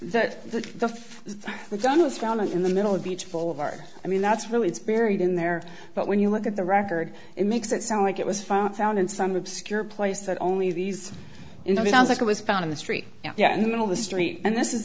found in the middle of beach boulevard i mean that's really it's buried in there but when you look at the record it makes it sound like it was found found in some obscure place that only these you know it was like it was found in the street yeah in the middle of the street and this is